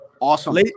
Awesome